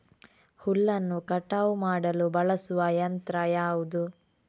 ಹುಲ್ಲನ್ನು ಕಟಾವು ಮಾಡಲು ಬಳಸುವ ಯಂತ್ರ ಯಾವುದು?